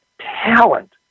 talent